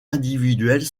individuels